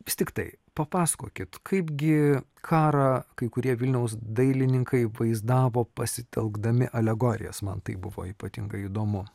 vis tiktai papasakokit kaip gi karą kai kurie vilniaus dailininkai vaizdavo pasitelkdami alegorijas man tai buvo ypatingai įdomu